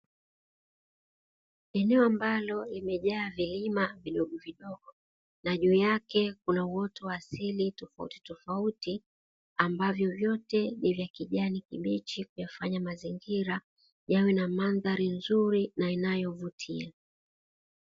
Eneo ambalo limejaa vilima vidogovidogo na juu yake kuna uoto wa asili tofautitofauti, ambavyo vyote ni vya kijani kibichi, vinavyofanya mazingira yawe na mandhari nzuri na inayovutia.